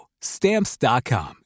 Stamps.com